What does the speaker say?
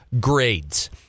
grades